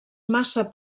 massa